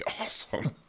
awesome